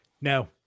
No